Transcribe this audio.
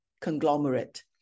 conglomerate